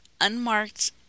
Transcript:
unmarked